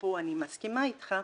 ופה אני מסכימה אתך,